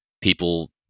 people